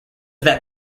that